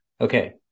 Okay